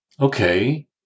Okay